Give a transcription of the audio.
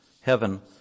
heaven